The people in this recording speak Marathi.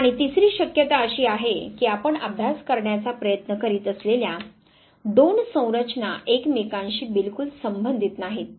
आणि तिसरी शक्यता अशी आहे की आपण अभ्यास करण्याचा प्रयत्न करीत असलेल्या दोन संरचना एकमेकांशी बिलकुल संबंधित नाहीत